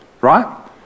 right